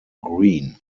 greene